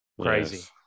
crazy